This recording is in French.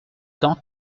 tant